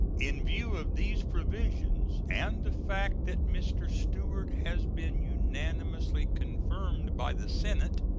in view of these provisions and the fact that mr. stewart has been unanimously confirmed by the senate,